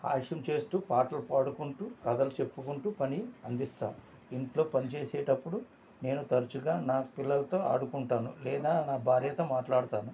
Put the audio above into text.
హాస్యం చేస్తూ పాటలు పాడుకుంటూ కథలు చెప్పుకుంటూ పని అందిస్తాం ఇంట్లో పని చేసేటప్పుడు నేను తరచుగా నా పిల్లలతో ఆడుకుంటాను లేదా నా భార్యతో మాట్లాడుతాను